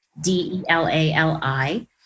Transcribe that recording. D-E-L-A-L-I